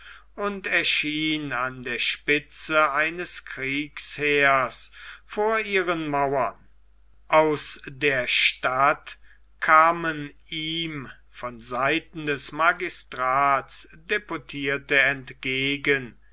und erschien an der spitze eines kriegsheers vor ihren mauern aus der stadt kamen ihm von seiten des magistrats deputierte entgegen